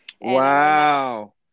Wow